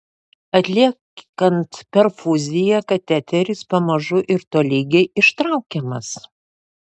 atliekant perfuziją kateteris pamažu ir tolygiai ištraukiamas